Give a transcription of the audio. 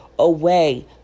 Away